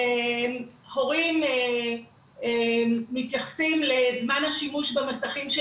זה שהורים מתייחסים לזמן השימוש במסכים של